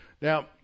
Now